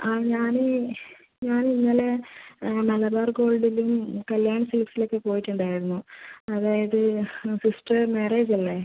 ആ ഞാൻ ഞാൻ ഇന്നലെ മലബാർ ഗോൾഡിലും കല്യാൺ സിൽക്സിലുമൊക്കെ പോയിട്ടുണ്ടായിരുന്നു അതായത് സിസ്റ്റർ മാര്യേജ് അല്ലേ